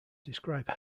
describe